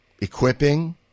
equipping